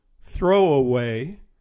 throwaway